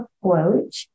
quote